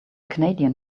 canadian